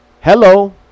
Hello